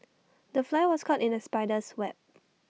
the fly was caught in the spider's web